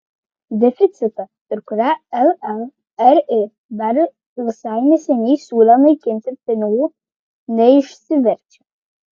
deficitą ir kurią llri dar visai neseniai siūlė naikinti pinigų neišsiverčia